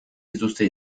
dituzte